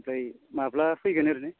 ओमफ्राय माब्ला फैगोन ओरैनो